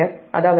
அதாவது 0